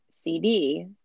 CD